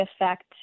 affect